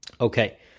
Okay